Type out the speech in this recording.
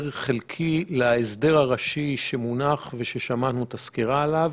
חלקי להסדר הראשי שמונח ושמענו את הסקירה לגביו.